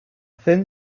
thin